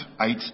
eight